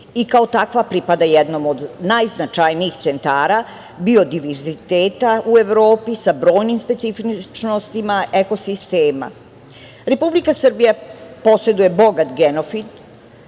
i kao takva pripada jednom od najznačajnijih Centara biodiverziteta u Evropi sa brojnim specifičnostima ekosistema. Republika Srbija poseduje bogat genofit,